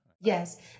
Yes